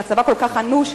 מצבה כל כך אנוש,